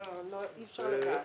אי אפשר לדעת.